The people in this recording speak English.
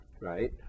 right